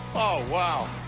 oh, wow.